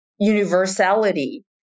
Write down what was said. universality